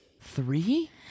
Three